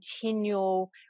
continual